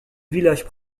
village